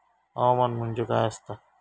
हवामान म्हणजे काय असता?